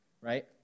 right